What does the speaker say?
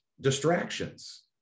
distractions